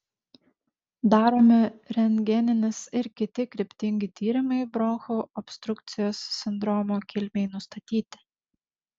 daromi rentgeninis ir kiti kryptingi tyrimai bronchų obstrukcijos sindromo kilmei nustatyti